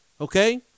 okay